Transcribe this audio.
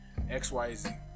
xyz